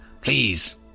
Please